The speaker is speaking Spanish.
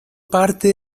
parte